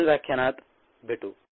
पुढील व्याख्यानात भेटू